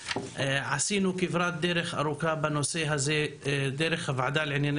עשינו כבר דרך ארוכה בנושא הזה דרך הועדה לענייני